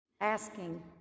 Asking